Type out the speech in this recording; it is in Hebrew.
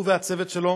הוא והצוות שלו,